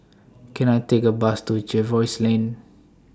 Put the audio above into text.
Can I Take A Bus to Jervois Lane